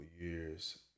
years